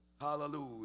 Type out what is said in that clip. Hallelujah